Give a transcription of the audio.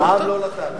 העם לא נתן לו.